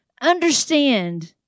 understand